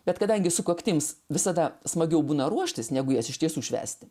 bet kadangi sukaktims visada smagiau būna ruoštis negu jas iš tiesų švęsti